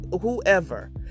whoever